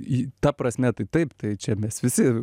į ta prasme tai taip tai čia mes visi